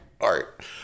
art